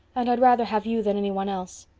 and i'd rather have you than any one else.